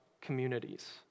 communities